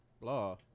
blah